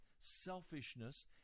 selfishness